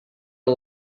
are